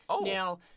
Now